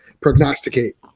prognosticate